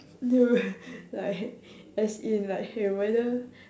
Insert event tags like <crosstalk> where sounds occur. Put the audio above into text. then will <laughs> like as in like hey whether